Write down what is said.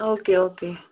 okay okay